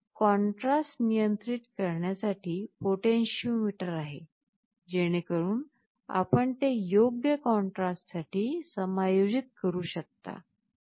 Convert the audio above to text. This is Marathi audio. हे कॉन्ट्रास्ट नियंत्रित करण्यासाठी पोटेन्शीओमीटर आहे जेणेकरून आपण ते योग्य कॉन्ट्रास्टसाठी समायोजित करू शकता